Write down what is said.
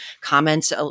comments